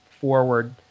forward